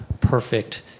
perfect